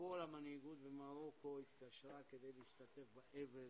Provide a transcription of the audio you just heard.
כל המנהיגות במרוקו התקשרה כדי להשתתף באבל,